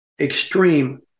extreme